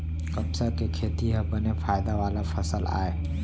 कपसा के खेती ह बने फायदा वाला फसल आय